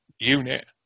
unit